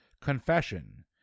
Confession